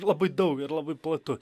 labai daug ir labai platu